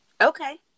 Okay